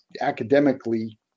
academically